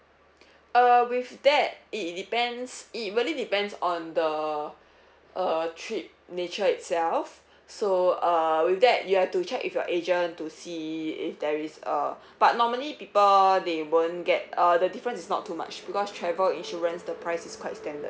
err with that it depends it really depends on the uh trip nature itself so uh with that you have to check with your agent to see if there is uh but normally people they won't get uh the difference is not too much because travel insurance the price is quite standard